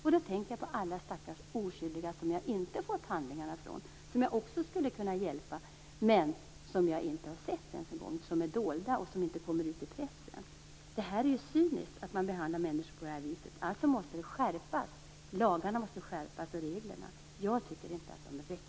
Jag tänker då också på alla de stackars oskyldiga vars handlingar jag inte har fått och som jag också skulle kunna hjälpa. Dem har jag inte ens sett - de är dolda och de kommer inte ut i pressen. Det är cyniskt att behandla människor på det här viset. Lagarna och reglerna måste skärpas. Jag tycker inte att de räcker.